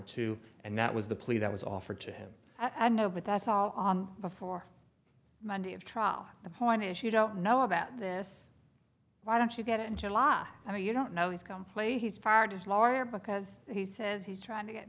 two and that was the plea that was offered to him i know but that's all before monday of trial the point is you don't know about this why don't you get into law and you don't know he's come play he's fired his lawyer because he says he's trying to get